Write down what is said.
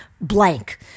blank